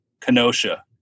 Kenosha